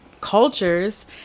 cultures